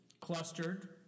clustered